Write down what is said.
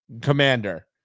Commander